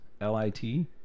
l-i-t